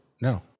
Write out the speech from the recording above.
No